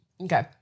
Okay